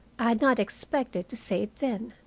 i had not expected to say it then.